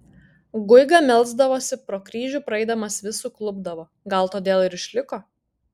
guiga melsdavosi pro kryžių praeidamas vis suklupdavo gal todėl ir išliko